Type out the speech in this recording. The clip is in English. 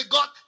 God